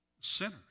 sinners